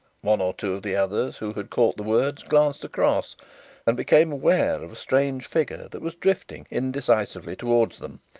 one or two of the others who had caught the words glanced across and became aware of a strange figure that was drifting indecisively towards them.